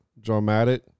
Dramatic